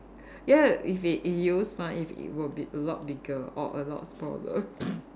ya if it in use mah if it were be a lot bigger or a lot smaller